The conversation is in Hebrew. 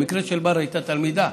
במקרה של בר, היא הייתה תלמידה,